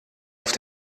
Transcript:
auf